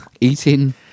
Eating